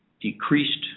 decreased